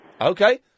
Okay